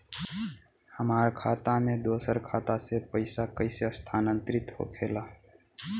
हमार खाता में दूसर खाता से पइसा कइसे स्थानांतरित होखे ला?